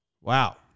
Wow